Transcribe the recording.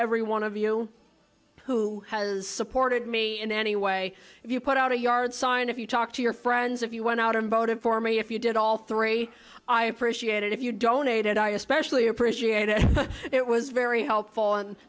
every one of you who has supported me in any way if you put out a yard sign if you talk to your friends if you went out and voted for me if you did all three i appreciate it if you donate and i especially appreciate it it was very helpful and